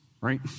right